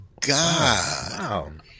god